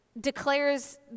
declares